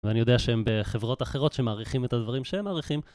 ואני יודע שהם בחברות אחרות שמעריכים את הדברים שהם מעריכים.